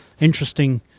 interesting